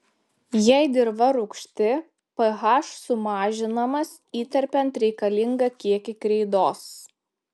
jei dirva rūgšti ph sumažinamas įterpiant reikalingą kiekį kreidos